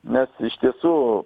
nes iš tiesų